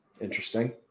interesting